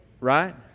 Right